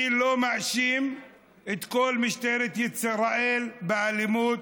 אני לא מאשים את כל משטרת ישראל באלימות.